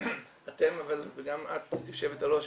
אתם וגם את גבירתי היושבת ראש,